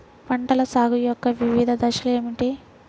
పంటల సాగు యొక్క వివిధ దశలు ఏమిటి?